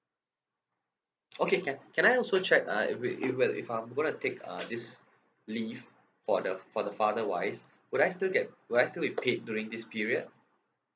okay can can I also check uh if will if will if I'm gonna take uh this leave for the for the father wise would I still get would I still be paid during this period